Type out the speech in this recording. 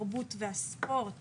התרבות והספורט